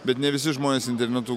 bet ne visi žmonės internetu